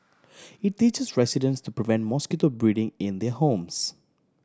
it teaches residents to prevent mosquito breeding in their homes